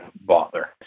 bother